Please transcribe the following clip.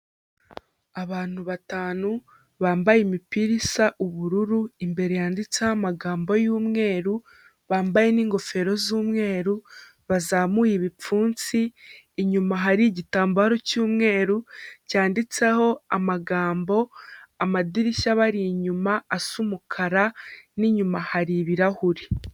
Abantu batanu bambaye imipira isa ubururu, imbere yanditseho amagambo y'umweru, bambaye n'ingofero z'umweru, bazamuye ibipfunsi, inyuma hari igitambaro cy'umweru cyanditseho amagambo, amadirishya abari inyuma asa umukara, n'inyuma hari ibirahure.